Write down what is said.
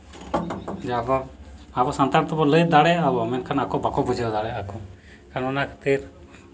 ᱡᱮ ᱟᱵᱚᱣᱟᱜ ᱟᱵᱚ ᱥᱟᱱᱛᱟᱲ ᱛᱮᱵᱚ ᱞᱟᱹᱭ ᱫᱟᱲᱮᱭᱟᱜᱼᱟ ᱵᱚ ᱢᱮᱱᱠᱷᱟᱱ ᱟᱠᱚ ᱵᱟᱠᱚ ᱵᱩᱡᱷᱟᱹᱣ ᱫᱟᱲᱮᱭᱟᱜ ᱟᱠᱚ ᱠᱷᱟᱱ ᱚᱱᱟ ᱠᱷᱟᱹᱛᱤᱨ